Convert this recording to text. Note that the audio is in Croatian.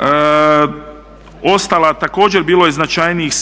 rada. Također bilo je značajnijih